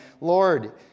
Lord